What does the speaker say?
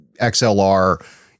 XLR